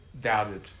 doubted